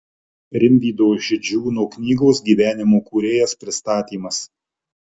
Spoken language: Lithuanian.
rimvydo židžiūno knygos gyvenimo kūrėjas pristatymas